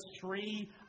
three